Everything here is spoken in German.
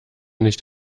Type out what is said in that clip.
nicht